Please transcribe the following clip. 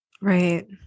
Right